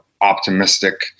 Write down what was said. optimistic